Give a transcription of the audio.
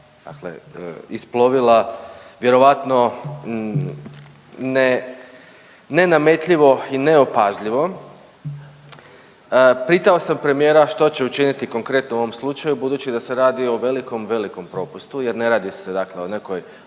dakle isplovila vjerovatno ne nametljivo i ne opažljivo, pitao sam premijera što će učiniti konkretno u ovom slučaju budući da se radi o velikom, velikom propustu jer ne radi se o nekoj